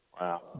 Wow